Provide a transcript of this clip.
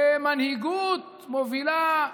ומנהיגות מובילה כיוון.